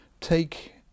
take